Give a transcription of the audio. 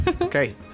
okay